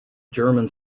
german